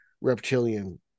reptilian